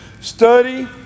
Study